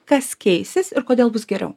kas keisis ir kodėl bus geriau